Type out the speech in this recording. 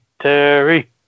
Terry